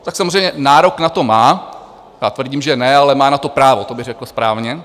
Tak samozřejmě nárok na to má, já tvrdím, že ne, ale má na to právo, to bych řekl správně.